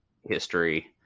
history